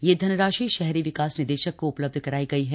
यह धनराशि शहरी विकास निदेशक को उपलब्ध करायी गई है